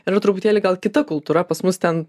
yra truputėlį gal kita kultūra pas mus ten